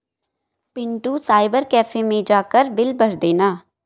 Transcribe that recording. Pintu cyber cafe मैं जाकर bill भर देना